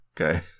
Okay